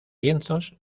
lienzos